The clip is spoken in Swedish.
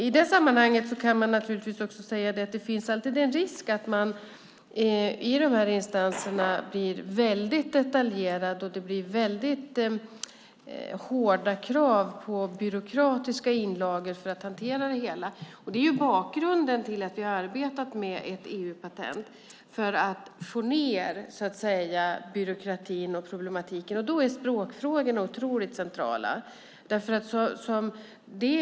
I det sammanhanget kan jag också säga att det alltid finns en risk att man i dessa instanser blir väldigt detaljerad och att det ställs hårda krav på byråkratiska inlagor för att hantera det hela. Det är bakgrunden till att vi har arbetat med ett EU-patent - för att minska byråkratin och problematiken. Språkfrågorna är otroligt centrala.